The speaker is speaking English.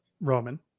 Roman